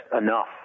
enough